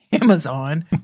Amazon